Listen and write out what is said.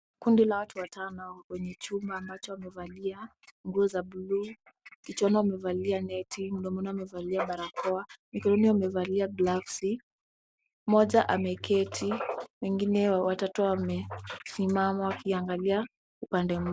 Kundi la watu watano kwenye chumba ambazo wamevalia nguo za blue . Kichwani amevalia neti. Mdomoni amevalia balakoa. Mikononi wamevalia gloves . Mmoja ameketi. Wengine watatu wamesimama wakiangalia upande moja.